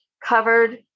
covered